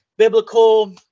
Biblical